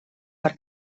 per